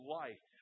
life